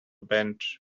bench